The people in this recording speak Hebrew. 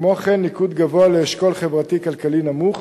כמו כן, ניקוד גבוה לאשכול חברתי-כלכלי נמוך